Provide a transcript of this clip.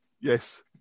Yes